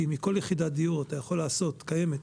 כי מכל יחידת דיור אתה יכול לעשות 4,